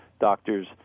doctors